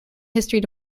history